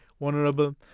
vulnerable